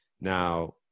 Now